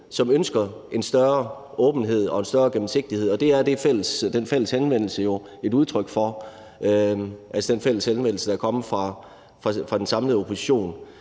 som ønsker en større åbenhed og en større gennemsigtighed, og det er den fælles henvendelse jo et udtryk for, altså den henvendelse, der er kommet fra den samlede opposition.